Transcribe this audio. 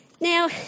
Now